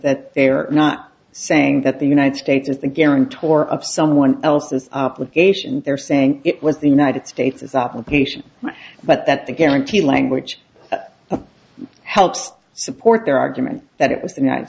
that they are not saying that the united states is the guarantor of someone else's obligations they're saying it was the united states is obligation but that the guarantee language helps support their argument that it was the united